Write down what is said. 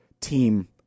team